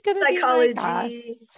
psychology